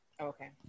Okay